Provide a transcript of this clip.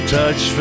touch